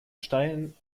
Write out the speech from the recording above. stein